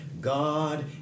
God